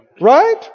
Right